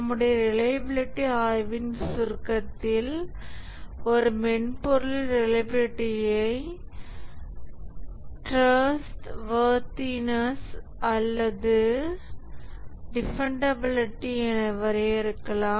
நம்முடைய ரிலையபிலிட்டி ஆய்வின் சுருக்கத்தில் ஒரு மென்பொருளின் ரிலையபிலிட்டியை டிரஸ்ட் வர்தினஸ் அல்லது டிபன்டபிலிடி என வரையறுக்கலாம்